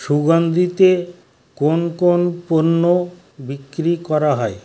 সুগন্ধিতে কোন কোন পণ্য বিক্রি করা হয়